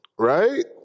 Right